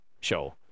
show